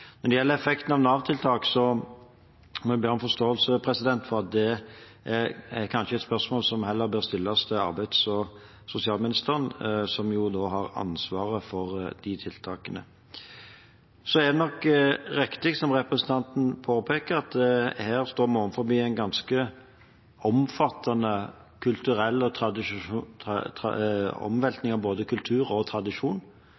Når det gjelder effekten av Nav-tiltak, må jeg be om forståelse for at det kanskje er et spørsmål som heller bør stilles til arbeids- og sosialministeren, som har ansvaret for de tiltakene. Det er nok riktig, som representanten påpeker, at vi her står overfor en ganske omfattende omveltning av både kultur og tradisjon.